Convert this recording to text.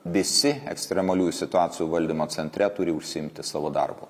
visi ekstremaliųjų situacijų valdymo centre turi užsiimti savo darbu